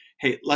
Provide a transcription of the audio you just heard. hey